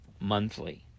monthly